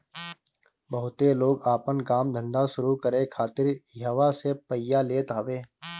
बहुते लोग आपन काम धंधा शुरू करे खातिर इहवा से पइया लेत हवे